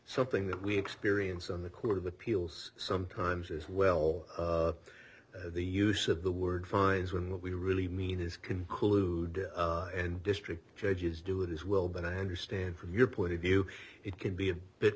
something that we experience on the court of appeals sometimes as well the use of the word fines when what we really mean is concluded and district judges do it as well but a handstand from your point of view it can be a bit